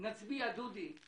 אני אומר שנצביע אם